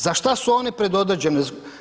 Za što su oni predodređeni?